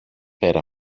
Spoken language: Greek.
πέρα